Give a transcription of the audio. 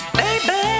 baby